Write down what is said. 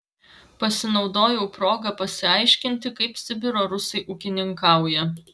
pasinaudojau proga pasiaiškinti kaip sibiro rusai ūkininkauja